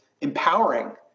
empowering